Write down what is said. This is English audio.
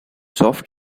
soft